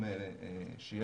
התושבים שמסתובבים שם שזה מתבצע,